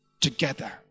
together